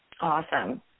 Awesome